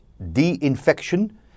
de-infection